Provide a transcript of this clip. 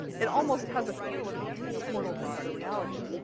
it almost has a feel of maybe being a portal to another reality.